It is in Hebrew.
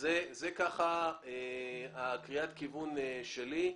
זאת קריאת הכיוון שלי.